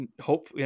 hope